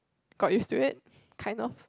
got used to it kind of